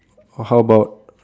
how about